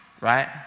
right